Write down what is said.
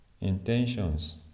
intentions